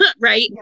right